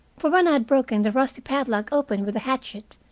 for when i had broken the rusty padlock open with a hatchet,